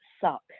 suck